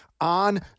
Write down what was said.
On